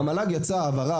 במל"ג יצאה הבהרה,